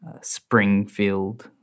Springfield